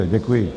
Děkuji.